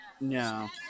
No